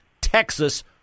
Texas